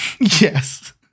Yes